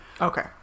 Okay